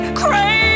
crazy